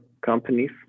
companies